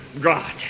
God